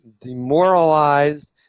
demoralized